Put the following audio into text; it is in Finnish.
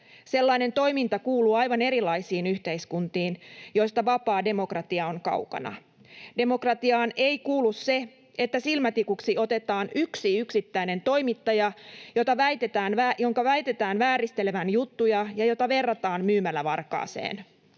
Sellainen toiminta kuuluu aivan erilaisiin yhteiskuntiin, joista vapaa demokratia on kaukana. Demokratiaan ei kuulu se, että silmätikuksi otetaan yksi yksittäinen toimittaja, jonka väitetään vääristelevän juttuja ja jota verrataan myymälävarkaaseen.